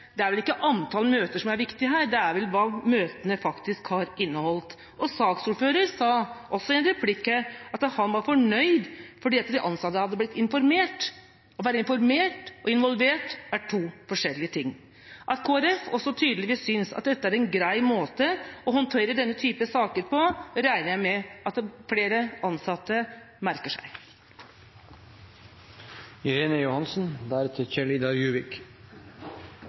det er vel ikke antall møter som er viktig her? Det er vel hva møtene faktisk har inneholdt. Og saksordføreren sa også i en replikk at han var fornøyd fordi de ansatte hadde blitt informert. Å være informert og involvert er to forskjellige ting. At Kristelig Folkeparti også tydeligvis synes at dette er en grei måte å håndtere denne type saker på, regner jeg med at flere ansatte merker seg.